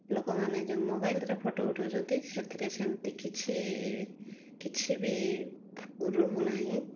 ଲୋକମାନେ ଯେଉଁ ମୋବାଇଲ୍ରେ ଫଟୋ ଉଠାଉଛନ୍ତି ସେଥିରେ ସେମିତି କିଛି କିଛି ବି ରହୁନାହିଁ